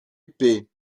épais